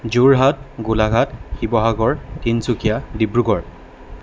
Jorhat Golaghat Sivasagar Tinsukia Dibrugarh